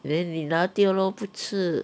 then 你拿掉 lor 不吃